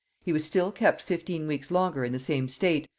he was still kept fifteen weeks longer in the same state,